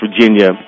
Virginia